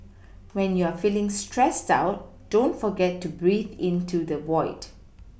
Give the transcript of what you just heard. when you are feeling stressed out don't forget to breathe into the void